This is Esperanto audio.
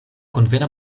konvena